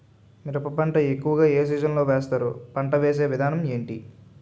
మిరప పంట ఎక్కువుగా ఏ సీజన్ లో వేస్తారు? పంట వేసే విధానం ఎంటి?